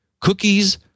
Cookies